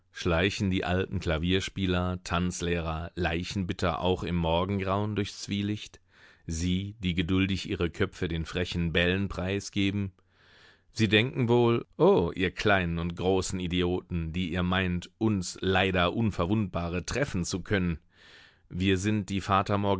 schleichen die alten klavierspieler tanzlehrer leichenbitter auch im morgengrauen durchs zwielicht sie die geduldig ihre köpfe den frechen bällen preisgeben sie denken wohl oh ihr kleinen und großen idioten die ihr meint uns leider unverwundbare treffen zu können wir sind die